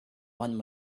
one